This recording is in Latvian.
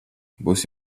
būs